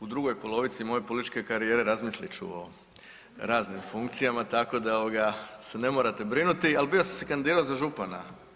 U drugoj polovici moje političke karijere razmislit ću o raznim funkcijama tako da ovoga se ne morate brinuti, ali bio sam se kandidirao za župana.